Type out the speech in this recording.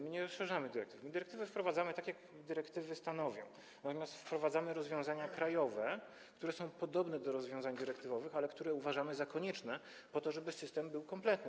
My nie rozszerzamy dyrektyw, my dyrektywy wprowadzamy tak, jak dyrektywy stanowią, natomiast wprowadzamy rozwiązania krajowe, które są podobne do rozwiązań zawartych w dyrektywach, które uważamy za konieczne po to, żeby system był kompletny.